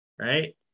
right